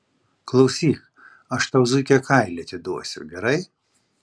klausyk aš tau zuikio kailį atiduosiu gerai